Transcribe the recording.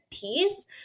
piece